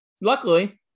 luckily